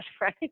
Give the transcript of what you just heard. right